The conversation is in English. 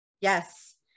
Yes